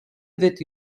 witte